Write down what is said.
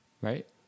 right